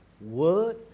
word